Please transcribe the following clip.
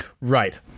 Right